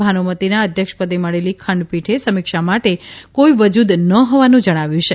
ભાનુમતિના અધ્યક્ષપદે મળેલી ખંડપીઠે સમીક્ષા માટે કોઇ વજુદ ન હોવાનું જણાવ્યું છે